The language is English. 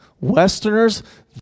Westerners